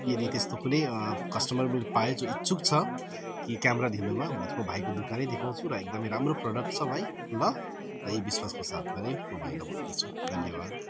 यदि त्यस्तो कुनै कस्टमर मैले पाएँ जो इच्छुक छ कि क्यामेरा लिनुमा भनेपछि म भाइको दोकानै देखाउँछु र एकदमै राम्रो प्रडक्ट छ भाइ ल र यही विश्वासको साथमा नै म भाइलाई भन्दैछु धन्यवाद